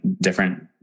different